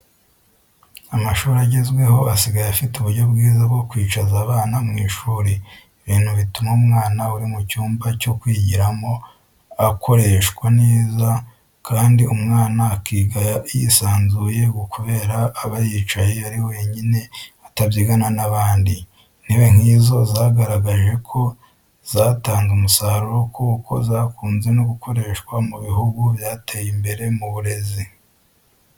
Amashuri agezweho asigaye afite uburyo bwiza bwo kwicaza abana mu ishuri, ibintu bituma umwanya uri mu cyumba cyo kwigiramo ukoreshwa neza, kandi umwana akiga yisanzuye kubera aba yicaye ari wenyine atabyigana n'abandi; intebe nk'izo zagaragaje ko zatanze umusaruro, kuko zakunze no gukoreshwa mu bihugu byateye imbere mu burezi.